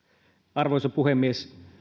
arvoisa puhemies